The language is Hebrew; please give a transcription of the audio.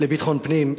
אטמי אוזניים.